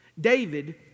David